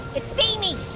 it's steamy!